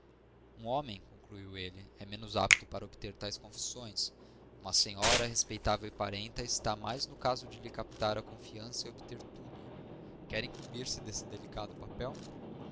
um homem concluiu ele é menos apto para obter tais confissões uma senhora respeitável e parenta está mais no caso de lhe captar a confiança e obter tudo quer incumbirse desse delicado papel